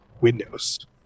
windows